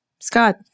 Scott